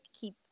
keep